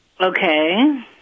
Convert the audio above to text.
Okay